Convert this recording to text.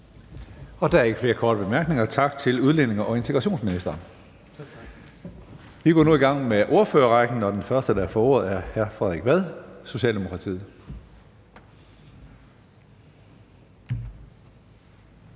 Der er ikke flere korte bemærkninger. Tak til udlændinge- og integrationsministeren. Vi går nu i gang med ordførerrækken, og den første, der får ordet, er hr. Frederik Vad, Socialdemokratiet.